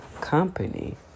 company